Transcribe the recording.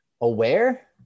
aware